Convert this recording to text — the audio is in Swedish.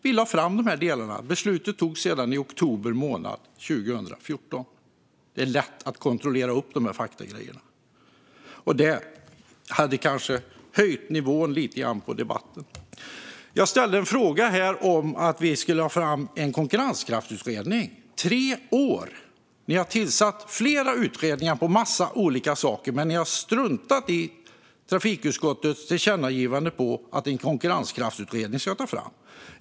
Vi lade fram dessa delar, och beslutet togs i oktober 2014. Det är lätt att kontrollera fakta här. Det hade kanske höjt nivån på debatten om Teres Lindberg hade gjort det. Jag ställde en fråga om att ta fram en konkurrenskraftsutredning. Nu har det gått tre år. Ni har tillsatt flera utredningar om en massa olika saker, men ni har struntat i trafikutskottets tillkännagivande om att en konkurrenskraftsutredning ska tillsättas.